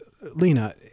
Lena